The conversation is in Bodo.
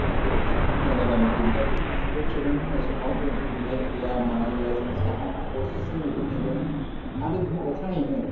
माने बेखौ ट्रिटमेनट होनाय जादों आरखि बिराथ बे ट्रिटमेनट होनाय समाव जों उन्दुनाय गैया मानाय गैया जों सान हरसे बेखौ नेदों आरो बिनि अखानायैनो